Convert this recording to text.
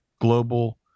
Global